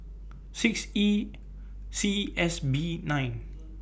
six E C S B nine